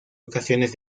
ocasiones